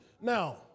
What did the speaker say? Now